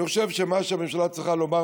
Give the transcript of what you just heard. אני חושב שמה שהממשלה צריכה לומר,